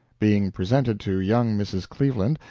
being presented to young mrs. cleveland,